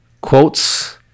quotes